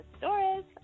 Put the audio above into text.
Doris